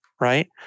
right